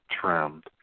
trimmed